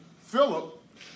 Philip